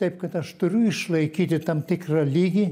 taip kad aš turiu išlaikyti tam tikrą lygį